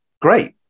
Great